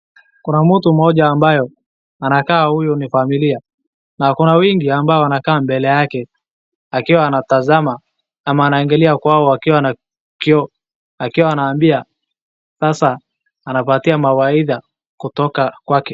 Kuna mtu moja ambayo anakaa huyu ni familia na kuna wingi ambayo anakaa mbele yake akiwa anatazama ama anaingilia kwao akiwa na kioo akiwa anawaambia sasa anapatia mawaidha kutoka kwake.